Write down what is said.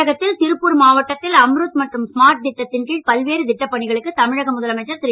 தமிழகத்தில் திருப்பூர் மாவட்டத்தில் அம்ருத் மற்றும் ஸ்மார்ட் திட்டத்தின் கீழ் பல்வேறு திட்டப்பணிகளுக்கு தமிழக முதலமைச்சர் திரு